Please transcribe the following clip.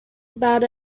about